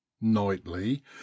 nightly